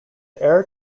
heir